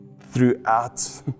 throughout